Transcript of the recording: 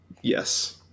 Yes